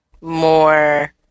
more